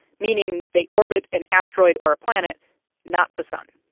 meaning they orbit an asteroid or a planet not the sun.